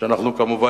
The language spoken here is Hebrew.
כמובן,